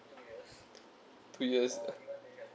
two years